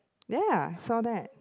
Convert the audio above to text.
ya saw that